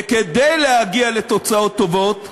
וכדי להגיע לתוצאות טובות,